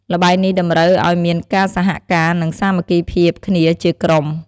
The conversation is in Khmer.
ល្បែងនេះតម្រូវឱ្យមានការសហការ និងសាមគ្គីភាពគ្នាជាក្រុម។